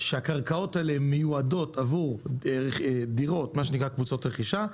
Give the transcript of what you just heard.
שמיועדות לדיור לקבוצות רכישה,